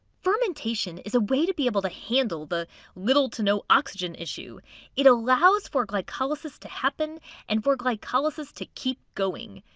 fermentation is a way to be able to handle the little to no oxygen issue it allows for glycolysis to happen and for glycolysis to keep going.